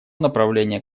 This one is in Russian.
направление